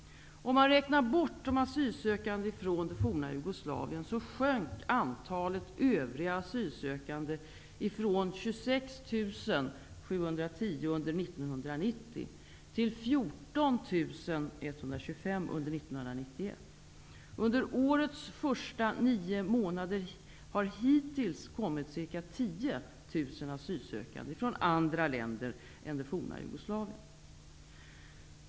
Om man räknar bort de asylsökande från det forna Jugoslavien, sjönk antalet övriga asylsökande från 26 710 under 1990 till 14 125 under 1991. Under årets första nio månader har hittills kommit ca 10 000 asylsökande från andra länder än det forna Jugoslavien.